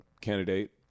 candidate